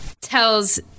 tells